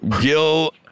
Gil